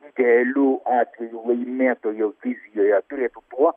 idealiu atveju laimėtojo vizijoje turėtų tuo